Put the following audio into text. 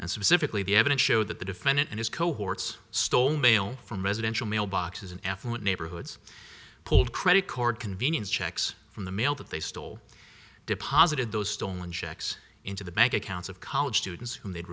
and specifically the evidence show that the defendant and his cohorts stole mail from residential mailboxes in effluent neighborhoods pulled credit card convenience checks from the mail that they stole deposited those stolen checks into the bank accounts of college students